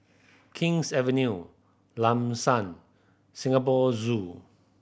King's Avenue Lam San Singapore Zoo